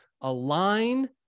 align